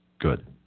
good